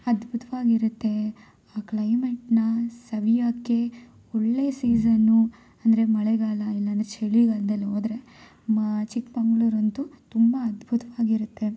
ಅದ್ಭುತವಾಗಿರತ್ತೆ ಆ ಕ್ಲೈಮೇಟನ್ನ ಸವಿಯಕ್ಕೆ ಒಳ್ಳೆ ಸೀಸನ್ನು ಅಂದರೆ ಮಳೆಗಾಲ ಇಲ್ಲಂದರೆ ಚಳಿಗಾಲ್ದಲ್ಲಿ ಹೋದ್ರೆ ಮ ಚಿಕ್ಮಂಗ್ಳೂರು ಅಂತೂ ತುಂಬ ಅದ್ಭುತವಾಗಿರತ್ತೆ